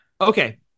Okay